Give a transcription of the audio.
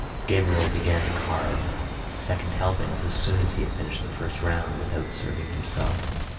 gabriel began to carve second helpings as soon as he had finished the first round without serving himself.